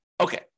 Okay